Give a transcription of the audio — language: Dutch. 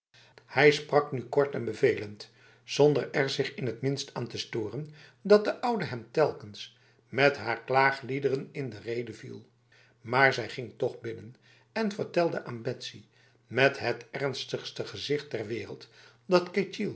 hij sprak nu kort en bevelend zonder er zich in het minst aan te storen dat de oude hem telkens met haar klaagliederen in de rede viel maar zij ging toch binnen en vertelde aan betsy met het ernstigste gezicht ter wereld dat ketjil